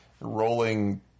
rolling